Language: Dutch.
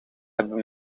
hebben